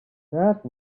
that